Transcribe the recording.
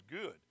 good